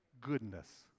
goodness